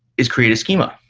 is create a schema.